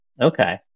Okay